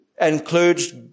includes